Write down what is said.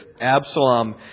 Absalom